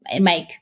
Mike